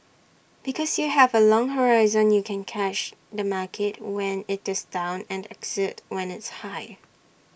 because you have A long horizon you can catch the market when IT is down and exit when it's high